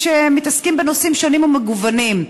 מאנשים שבאמת מתעסקים בנושאים שונים ומגוונים.